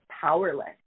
powerless